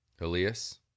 Elias